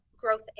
growth